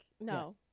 No